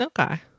Okay